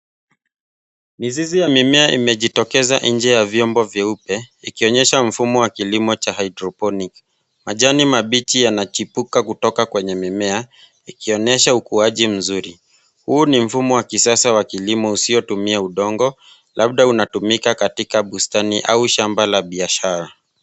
Mizizi ya mimea imejitokeza nje ya vyombo vieupe, ikionyesha mfumo wa kilimo cha hydroponic . Majani mabichi yanachipuka kutoka kwenye mimea, ikionyesha ukuaji mzuri. Huu ni mfumo wa kisasa wa kilimo usiotumia udongo, labda unatumika katika bustani au shamba la biashara.